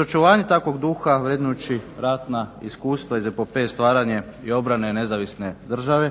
očuvanje takvog duha vrednujući ratna iskustva iz epopeje stvaranje i obrane nezavisne države